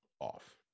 off